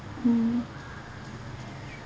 mm